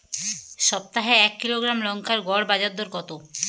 সপ্তাহে এক কিলোগ্রাম লঙ্কার গড় বাজার দর কতো?